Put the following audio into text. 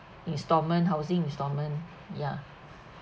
instalment housing instalment ya